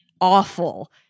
awful